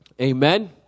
Amen